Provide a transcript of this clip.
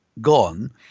gone